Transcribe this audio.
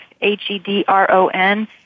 H-E-D-R-O-N